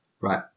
right